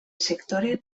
sektore